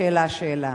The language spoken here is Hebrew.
או שאלה שאלה?